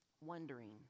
wondering